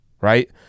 right